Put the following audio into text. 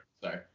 Sorry